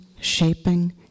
shaping